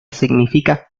significa